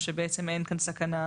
או שבעצם אין כאן סכנה,